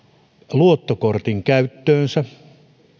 luottokortin käyttöönsä